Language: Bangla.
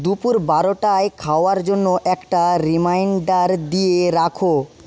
দুপুর বারোটায় খাওয়ার জন্য একটা রিমাইণ্ডার দিয়ে রাখো